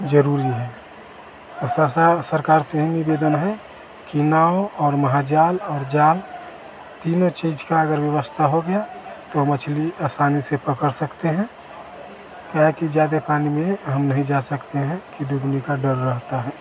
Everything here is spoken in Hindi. ज़रूरी है और सरसार सरकार से निवेदन है कि नाव और महाजाल और जाल तीनों चीज़ की अगर व्यवस्था हो गया तो मछली असानी से पकड़ सकते हैं क्या है कि ज़्यादा पानी में हम नहीं जा सकते हैं कि डूबने का डर रहता है